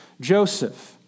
Joseph